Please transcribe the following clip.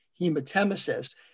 hematemesis